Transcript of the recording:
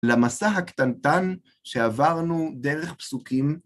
למסע הקטנטן שעברנו דרך פסוקים.